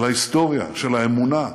של ההיסטוריה, של האמונה.